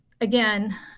again